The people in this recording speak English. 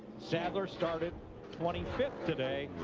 sadler started twenty fifth today,